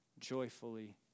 Joyfully